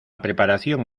preparación